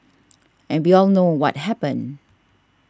and we all know what happened